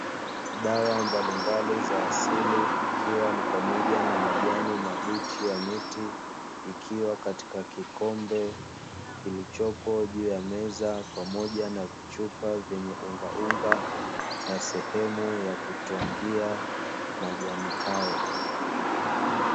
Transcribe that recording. Dawa mbalimbali za asili ikiwa ni pamoja na majani mabichi ya miti, ikiwa katika kikombe kilichopo juu ya meza, pamoja na vichupa vyenye ungaunga na sehemu ya kutwangia majani hayo.